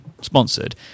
sponsored